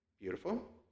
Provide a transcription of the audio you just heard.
beautiful